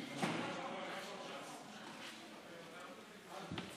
חבריי חברי הכנסת, אדוני